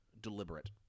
Deliberate